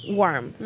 warm